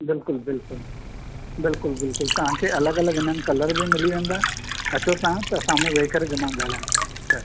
बिल्कुलु बिल्कुलु बिल्कुलु बिल्कुलु तव्हां खे अलॻि अलॻि हिन में कलर बि मिली वेंदा अचो तव्हां त साम्हूं वेही करे मां ॻाल्हायांव